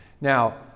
Now